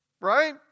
Right